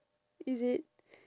is it